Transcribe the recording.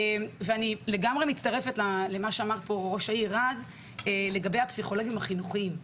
אני לגמרי מצטרפת לדבריו של ראש העיר לגבי הפסיכולוגים החינוכיים.